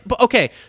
Okay